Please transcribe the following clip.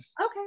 Okay